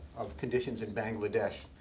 of conditions in bangladesh,